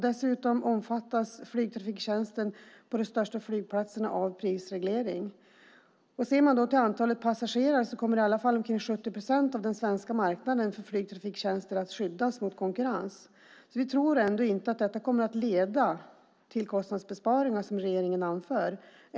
Dessutom omfattas flygtrafiktjänsten på de största flygplatserna av prisreglering. Om man ser till antalet passagerare kommer i alla fall omkring 70 procent av den svenska marknaden för flygtrafiktjänster att skyddas mot konkurrens. Vi tror alltså ändå inte att detta kommer att leda till kostnadsbesparingar, som regeringen anför.